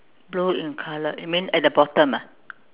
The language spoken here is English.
blue in colour you mean at the bottom ah